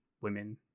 women